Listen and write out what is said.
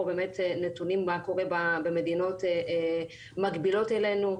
נתונים מה קורה במדינות שמקבילות אלינו.